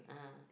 (uh huh)